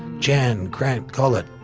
jan grant gullet,